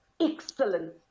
Excellent